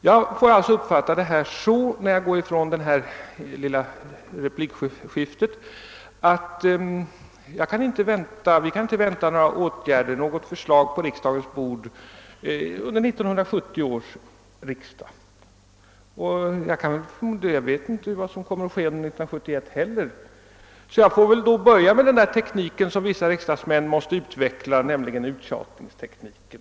Jag uppfattar detta, när jag nu går ifrån vårt lilla replikskifte, så att vi inte kan vänta något förslag på riksdagens bord under 1970 års riksdag. Jag vet inte heller vad som kommer att ske under 1971. Måste jag så småningom börja med den teknik som vissa riksdagsmän utvecklar, nämligen uttjatningstekniken?